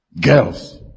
girls